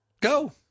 Go